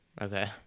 Okay